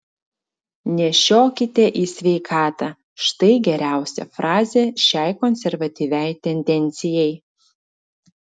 nešiokite į sveikatą štai geriausia frazė šiai konservatyviai tendencijai